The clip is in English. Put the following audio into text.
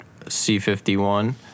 C51